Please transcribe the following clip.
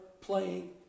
playing